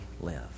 live